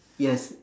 yes